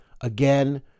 Again